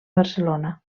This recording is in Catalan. barcelona